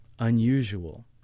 unusual